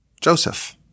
Joseph